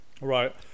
Right